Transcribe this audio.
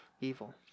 evil